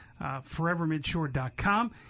forevermidshore.com